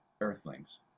Earthlings